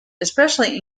especially